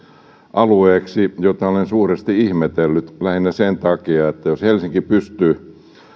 alueeksi mitä olen suuresti ihmetellyt lähinnä sen takia että jos helsinki pystyy